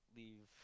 leave